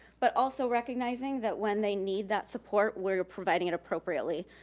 but also recognizing that when they need that support, we're providing it appropriately,